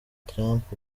trump